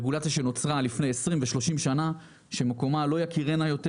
זאת רגולציה שנוצרה לפני 30-20 שנה שמקומה לא יכירינה יותר,